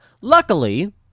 Luckily